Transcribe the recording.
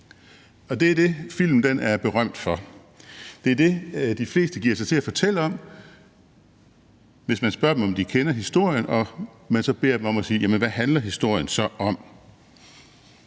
Og det er det, filmen er berømt for. Det er det, de fleste giver sig til at fortælle om, hvis man spørger dem, om de kender historien, og stiller dem spørgsmålet: Hvad handler historien så om?